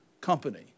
company